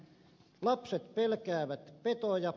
lapset pelkäävät petoja